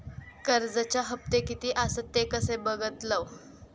कर्जच्या हप्ते किती आसत ते कसे बगतलव?